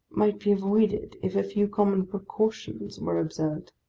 might be avoided, if a few common precautions were observed.